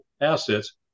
assets